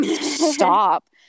Stop